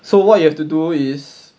so what you have to do is